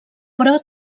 però